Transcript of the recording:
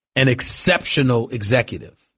an exceptional executive